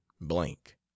blank